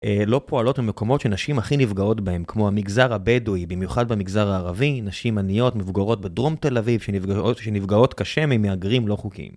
לא פועלות במקומות שנשים הכי נפגעות בהן, כמו המגזר הבדואי, במיוחד במגזר הערבי, נשים עניות מבוגרות בדרום תל אביב שנפגעות קשה ממהגרים לא חוקיים.